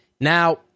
Now